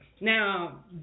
Now